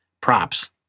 props